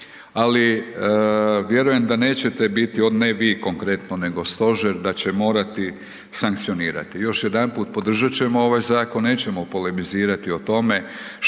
ali vjerujem da nećete biti, ne vi konkretno, nego stožer da će morati sankcionirati. Još jedanput podržat ćemo ovaj zakon, nećemo polemizirati o tome